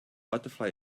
butterfly